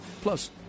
plus